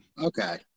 Okay